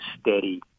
steady